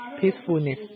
peacefulness